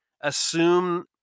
assume